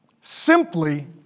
simply